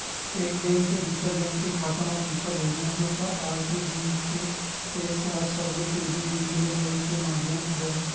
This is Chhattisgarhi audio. एक बेंक ले दूसर बेंक के खाता म पइसा भेजना हे त आर.टी.जी.एस ह सबले तेजी ले होए के माधियम हरय